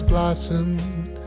blossomed